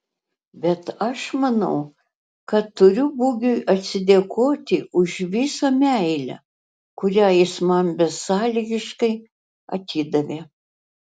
bet aš manau kad turiu bugiui atsidėkoti už visą meilę kurią jis man besąlygiškai atidavė